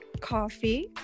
coffee